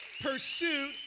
Pursuit